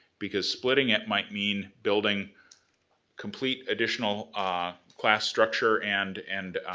because splitting it might mean building complete additional ah class structure and and